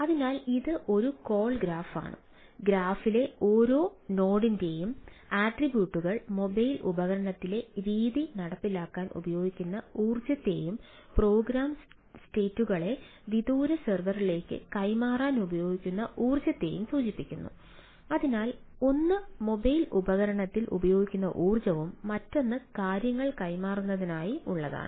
അതിനാൽ ഇത് ഒരു കോൾ ഗ്രാഫ് ഉപകരണത്തിൽ ഉപയോഗിക്കുന്ന ഊർജ്ജവും മറ്റൊന്ന് കാര്യങ്ങൾ കൈമാറുന്നതിനായി ഉള്ളതാണ്